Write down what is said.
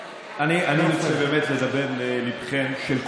מפריע לי מאוד הדיון שלכם.